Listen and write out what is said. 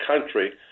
country